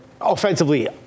offensively